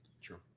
Sure